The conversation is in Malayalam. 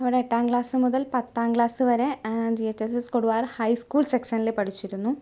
അവിടെ എട്ടാം ക്ലാസ്സു മുതൽ പത്താം ക്ലാസ്സുവരെ G H S S Koduvayur high school സെക്ഷനില് പഠിച്ചിരുന്നു